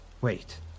Wait